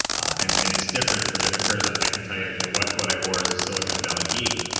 and and it's different for different careers i could tell you you know what what i wore as a silicon valley geek.